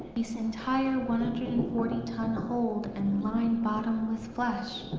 this entire one hundred and forty ton hold and line bottomless flash.